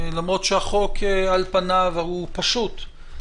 למרות שהחוק על פניו הוא פשוט,